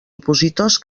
opositors